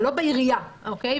הם לא בעירייה, אוקיי?